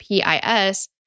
PIS